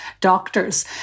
doctors